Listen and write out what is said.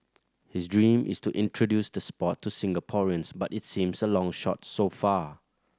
his dream is to introduce the sport to Singaporeans but its seems a long shot so far